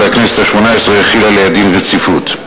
והכנסת השמונה-עשרה החילה עליה דין רציפות.